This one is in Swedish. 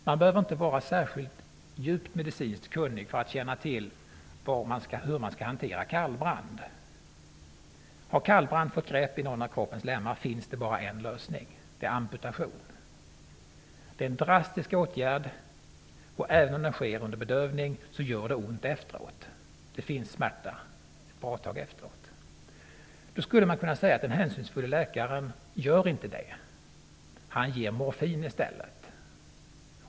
Man behöver inte vara särskilt djupt medicinskt kunnig för att känna till hur man skall hantera kallbrand. Har kallbrand fått grepp i någon av kroppens lemmar, finns det bara en lösning, och det är amputation. Det är en drastisk åtgärd, och även om den sker under bedövning så gör det ont sedan. Patienten känner smärta ett bra tag efteråt. Nu skulle man kunna säga att den hänsynsfulle läkaren ger morfin i stället.